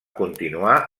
continuar